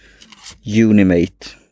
Unimate